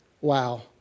Wow